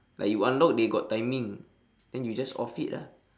like you unlock they got timing then you just off it lah